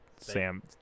Sam